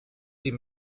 die